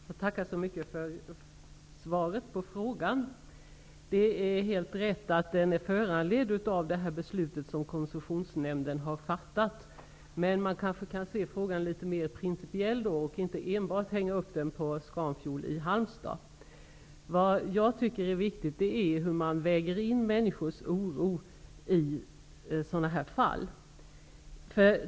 Herr talman! Jag tackar för svaret på frågan. Det är helt riktigt att den är föranledd av det beslut som koncessionsnämnden har fattat. Men man kanske kan se på frågan litet mer principiellt och inte enbart hänga upp den på Scanfuel i Halmstad. Vad jag tycker är viktigt är hur man väger in människors oro i sådana fall.